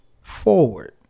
forward